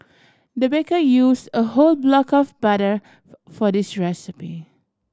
the baker use a whole block of butter for for this recipe